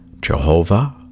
Jehovah